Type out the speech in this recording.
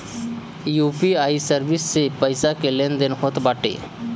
UPI service से पईसा के लेन देन होत बाटे